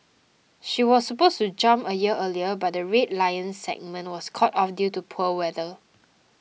she was supposed to jump a year earlier but the Red Lions segment was called off due to poor weather